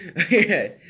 Okay